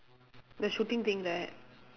the shooting thing there